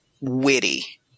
witty